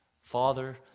Father